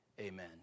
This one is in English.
amen